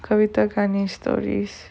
kavita kane stories